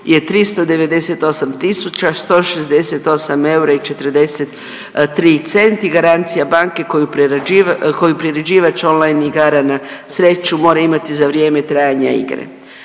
banke koju prerađivač, koju priređivač online igara na sreću mora imati za vrijeme trajanja igre,